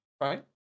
Right